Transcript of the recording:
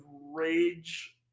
rage